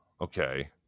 Okay